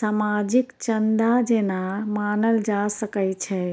सामाजिक चन्दा जेना मानल जा सकै छै